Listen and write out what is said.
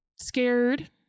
scared